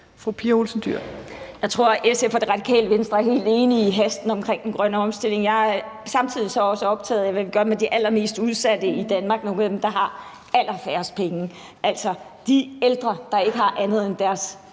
Jeg tror, at SF og Radikale Venstre er helt enige i hasten omkring den grønne omstilling. Jeg er så samtidig også optaget af, hvad vi gør med de allermest udsatte i Danmark, nogle af dem, der har allerfærrest penge, altså de ældre, der ikke har andet end deres